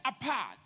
apart